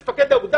אצל מפקד האוגדה,